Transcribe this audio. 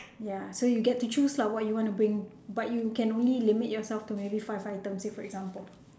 ya so you will get to choose lah what you want to bring but you can only limit yourself to maybe five items say for example